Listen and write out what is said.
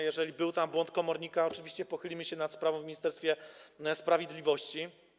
Jeżeli był tam błąd komornika, to oczywiście pochylimy się nad sprawą w Ministerstwie Sprawiedliwości.